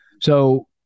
So-